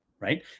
right